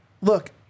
Look